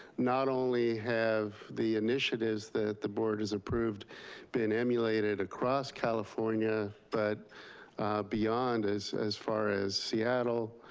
not only have the initiatives that the board has approved been emulated across california, but beyond, as as far as seattle,